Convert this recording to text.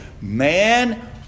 Man